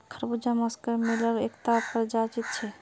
खरबूजा मस्कमेलनेर एकता प्रजाति छिके